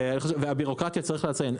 הביורוקרטיה, צריך לציין.